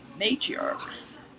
matriarchs